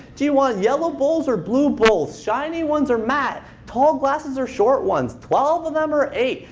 do you want yellow bowls or blue bowls? shiny ones or matte? tall glasses or short ones? twelve of them or eight?